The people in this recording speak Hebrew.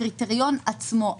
הקריטריון עצמו,